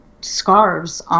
scarves